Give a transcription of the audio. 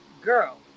Girl